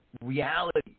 reality